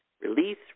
Release